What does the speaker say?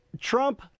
Trump